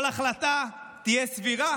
כל החלטה תהיה סבירה?